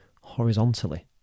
horizontally